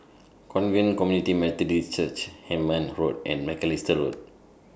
Covenant Community Methodist Church Hemmant Road and Macalister Road